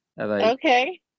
Okay